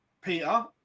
Peter